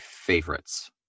favorites